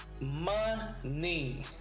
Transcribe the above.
Money